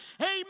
amen